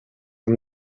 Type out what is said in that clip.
amb